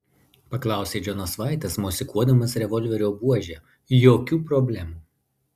paklausė džonas vaitas mosikuodamas revolverio buože jokių problemų